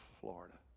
Florida